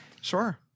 Sure